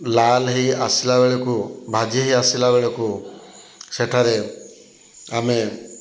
ଲାଲ ହେଇ ଆସିଲାବେଳକୁ ଭାଜି ହେଇ ଆସିଲାବେଳକୁ ସେଠାରେ ଆମେ